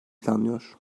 planlıyor